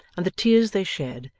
and the tears they shed,